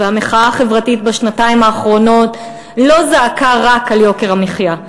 והמחאה החברתית בשנתיים האחרונות לא זעקה רק על יוקר המחיה,